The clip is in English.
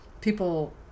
people